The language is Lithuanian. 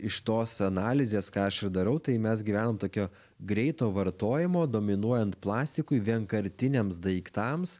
iš tos analizės ką aš ir darau tai mes gyvenam tokio greito vartojimo dominuojant plastikui vienkartiniams daiktams